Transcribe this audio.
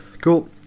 cool